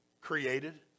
created